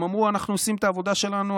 הם אמרו: אנחנו עושים את העבודה שלנו,